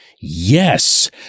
Yes